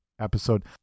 Episode